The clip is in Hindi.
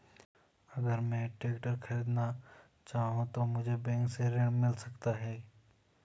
अगर मैं ट्रैक्टर खरीदना चाहूं तो मुझे बैंक से ऋण मिल सकता है?